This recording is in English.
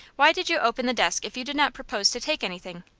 why did you open the desk if you did not propose to take anything?